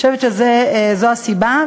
אני חושבת שזאת הסיבה,